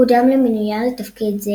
קודם למינויה לתפקיד זה